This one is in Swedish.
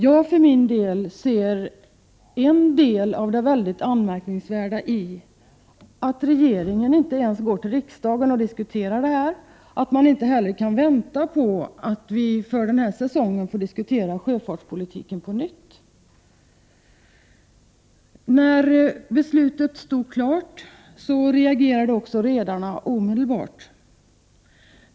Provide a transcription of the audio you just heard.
Jag för min del anser att en del av det anmärkningsvärda ligger i att regeringen inte ens går till riksdagen och diskuterar detta och att man inte heller kan vänta på att vi får diskutera sjöfartspolitiken för denna säsong på nytt. När beslutet stod klart reagerade också redarna omedelbart.